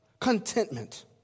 contentment